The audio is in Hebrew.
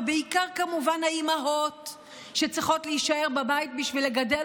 ובעיקר כמובן האימהות שצריכות להישאר בבית בשביל לגדל